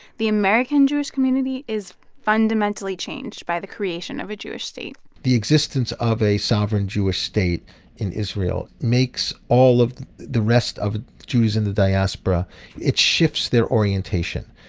the american jewish community is fundamentally changed by the creation of a jewish state the existence of a sovereign jewish state in israel makes all of the rest of jews in the diaspora it shifts their orientation.